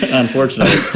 unfortunately,